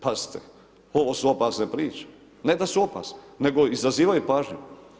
Pazite, ovo su opasne priče, ne da su opasne nego izazivaju pažnju.